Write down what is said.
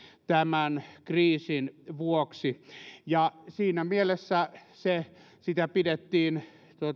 tämän kriisin vuoksi ja siinä mielessä sitä pidettiin